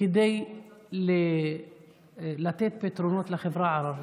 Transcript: כדי לתת פתרונות לחברה הערבית,